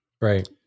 Right